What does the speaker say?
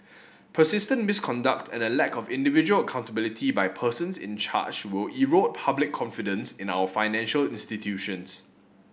persistent misconduct and a lack of individual accountability by persons in charge will erode public confidence in our financial institutions